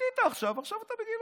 שתית עכשיו, עכשיו אתה בגילופין.